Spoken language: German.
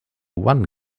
one